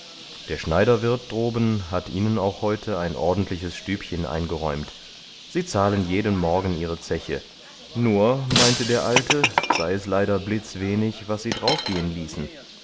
der schneiderwirt droben hat ihnen auch heute ein ordentliches stübchen eingeräumt sie zahlen jeden morgen ihre zeche nur meinte der alte sei es leider blitzwenig was sie draufgehen ließen